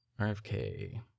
RFK